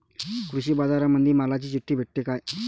कृषीबाजारामंदी मालाची चिट्ठी भेटते काय?